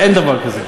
לפני שבאים בטענות,